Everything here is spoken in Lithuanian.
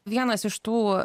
vienas iš tų